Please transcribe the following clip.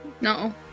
No